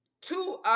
Two